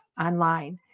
online